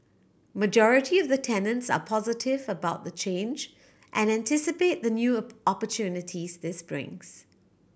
majority of the tenants are positive about the change and anticipate the new opportunities this brings